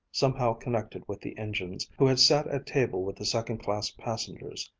somehow connected with the engines, who had sat at table with the second-class passengers.